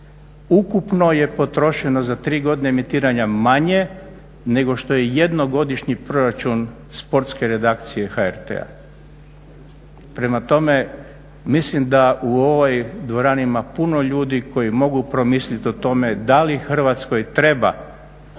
Ukupno je potrošeno za tri godine emitiranja manje nego što je jednogodišnji proračun sportske redakcije HRT-a. Prema tome, mislim da u ovoj dvorani ima puno ljudi koji mogu promisliti o tome da li Hrvatskoj treba